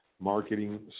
Marketing